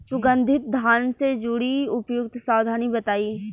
सुगंधित धान से जुड़ी उपयुक्त सावधानी बताई?